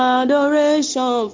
adoration